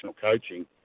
coaching